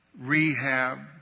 rehab